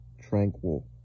tranquil